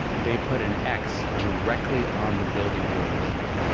they put an x directly on the building we were living.